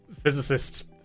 physicist